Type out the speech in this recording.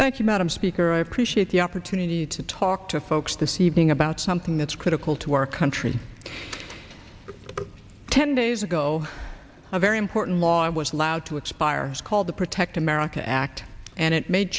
thank you madam speaker i appreciate the opportunity to talk to folks this evening about something that's critical to our country ten days ago a very important law and was allowed to expire called the protect america act and it made